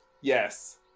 yes